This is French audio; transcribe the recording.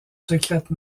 secrètes